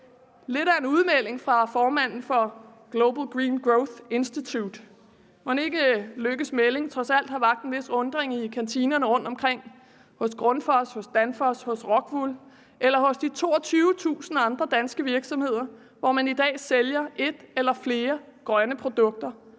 lidt af en udmelding fra formanden for Global Green Growth Institute. Mon ikke hr. Lars Løkke Rasmussens melding trods alt har vakt en vis undren i kantinerne rundtomkring hos Grundfos, hos Danfoss, hos Rockwool eller hos de 22.000 andre danske virksomheder, hvor man i dag sælger et eller flere grønne produkter